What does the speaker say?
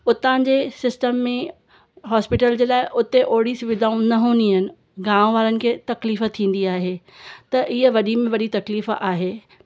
उतां जे सिस्टम में हॉस्पिटल जे लाइ उते ओड़ी सुविधाऊं न हूंदी आहिनि गांव वारनि खे तकलीफ़ु थींदी आहे त हीअ वॾी में वॾी तकलीफ़ु आहे